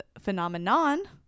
Phenomenon